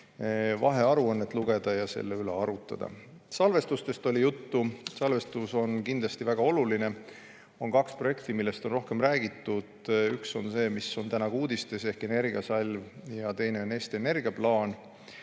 vahearuannet lugeda ja selle üle arutleda. Salvestustest oli juttu. Salvestus on kindlasti väga oluline. On kaks projekti, millest on rohkem räägitud. Üks on täna ka uudistes, see on Energiasalv, ja teine on Eesti Energia plaan.